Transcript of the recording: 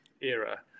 era